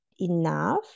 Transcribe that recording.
enough